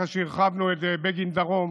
אחרי שהרחבנו את בגין דרום